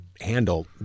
handle